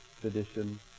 tradition